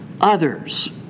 others